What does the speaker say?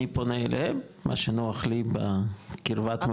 אני פונה אליהם, מה שנוח לי בקרבת מקום.